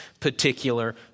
Particular